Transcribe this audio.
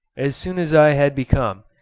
as soon as i had become,